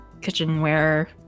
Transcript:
kitchenware